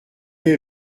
est